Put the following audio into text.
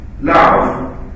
Love